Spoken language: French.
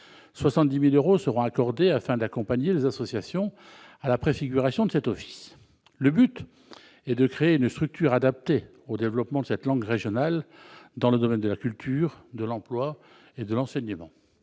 70 000 euros seront accordés afin « d'accompagner les associations à la préfiguration de cet office ». Le but est de créer une structure adaptée au développement de cette langue régionale dans le domaine de la culture, de l'emploi et de l'enseignement.